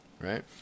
Right